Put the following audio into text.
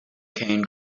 cane